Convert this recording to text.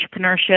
entrepreneurship